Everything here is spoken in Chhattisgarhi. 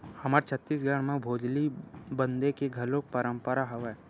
हमर छत्तीसगढ़ म भोजली बदे के घलोक परंपरा हवय